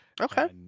Okay